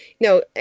No